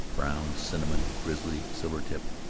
brown, cinnamon, grizzly, silvertip,